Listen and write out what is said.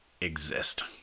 exist